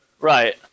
Right